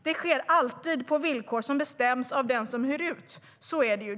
Det sker alltid på villkor som bestäms av den som hyr ut - så är det ju.